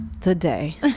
today